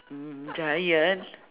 mm giant